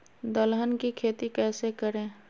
दलहन की खेती कैसे करें?